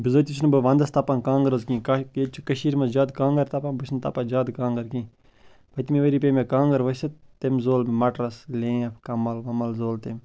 بِزٲتی چھُس نہٕ بہٕ ونٛدَس تَپان کانٛگٕر حظ کِہیٖنۍ ییٚتہِ چھِ کٔشیٖرۍ منٛز زیادٕ کانٛگٕر تَپان بہٕ چھِس نہٕ تَپان زیادٕ کانٛگٕر کیٚنٛہہ پٔتمہِ ؤری پے مےٚ کانٛگٕر ؤسِتھ تیٚمۍ زول مےٚ مَٹرَس لیف کَمَل وَمَل زول تیٚمۍ